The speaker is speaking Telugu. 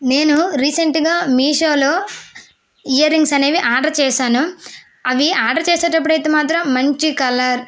నేను రీసెంట్గా మిషోలో ఇయర్ రింగ్స్ అనేవి ఆర్డర్ చేశాను అవి ఆర్డర్ చేసేటప్పుడు అయితే మాత్రం మంచి కలర్